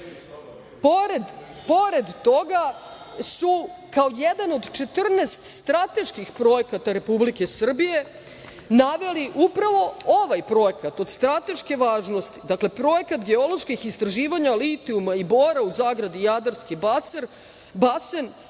to. Pored toga su, kao jedan od 14 strateških projekata Republike Srbije, naveli upravo ovaj projekat od strateške važnosti. Dakle, Projekat geoloških istraživanja litijuma i bora, u zagradi Jadarski basen.